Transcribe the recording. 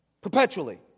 Perpetually